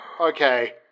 Okay